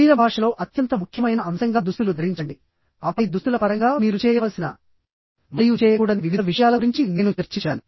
శరీర భాషలో అత్యంత ముఖ్యమైన అంశంగా దుస్తులు ధరించండి ఆపై దుస్తుల పరంగా మీరు చేయవలసిన మరియు చేయకూడని వివిధ విషయాల గురించి నేను చర్చించాను